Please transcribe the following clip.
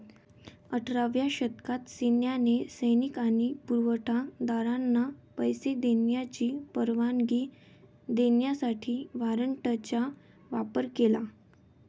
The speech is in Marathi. अठराव्या शतकात सैन्याने सैनिक आणि पुरवठा दारांना पैसे देण्याची परवानगी देण्यासाठी वॉरंटचा वापर केला